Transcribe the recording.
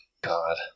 God